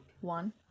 one